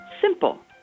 Simple